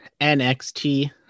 NXT